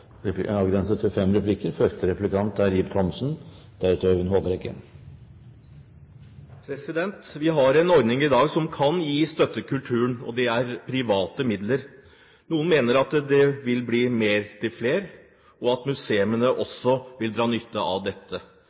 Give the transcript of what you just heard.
Vi har en ordning i dag som kan gi støtte til kulturen, og det er gjennom private midler. Noen mener det vil bli mer til flere og at museene også vil dra nytte av dette.